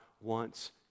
wants